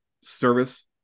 service